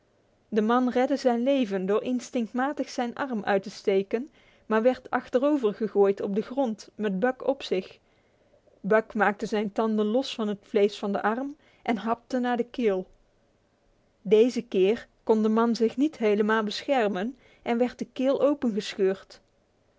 de man redde zijn leven door instinctmatig zijn arm uit te steken maar werd achterovergegooid op de grond met buck op zich buck maakte zijn tanden los van het vlees van de arm en hapte naar de keel deze keer kon de man zich niet helemaal beschermen en werd de keel opengescheurd